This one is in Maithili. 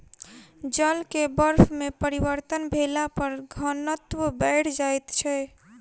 जल के बर्फ में परिवर्तन भेला पर घनत्व बैढ़ जाइत छै